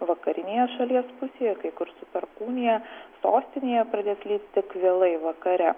vakarinėje šalies pusėje kai kur su perkūnija sostinėje pradės lyti tik vėlai vakare